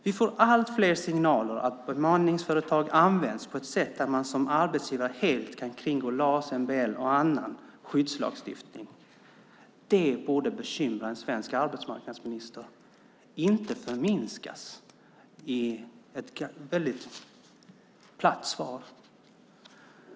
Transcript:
Vi får allt fler signaler om att bemanningsföretag används på ett sådant sätt att man som arbetsgivare kan kringgå LAS, MBL och annan skyddslagstiftning. Det borde bekymra en svensk arbetsmarknadsminister, inte förminskas i ett väldigt platt svar.